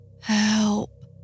Help